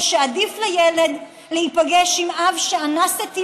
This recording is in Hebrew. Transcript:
שעדיף לילד להיפגש עם אב שאנס את אימו,